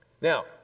Now